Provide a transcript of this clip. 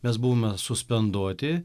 mes buvome suspenduoti